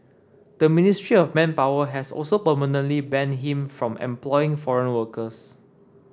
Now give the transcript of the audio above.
the Ministry of Manpower has also permanently banned him from employing foreign workers